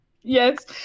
Yes